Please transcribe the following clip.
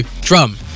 Drum